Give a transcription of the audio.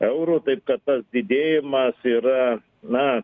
eurų taip kad tas didėjimas yra na